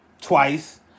twice